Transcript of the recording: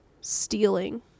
stealing